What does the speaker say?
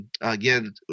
Again